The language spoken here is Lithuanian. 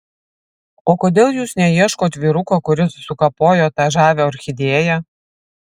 o kodėl jūs neieškot vyruko kuris sukapojo tą žavią orchidėją